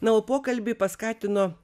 na o pokalbį paskatino